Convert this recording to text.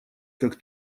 как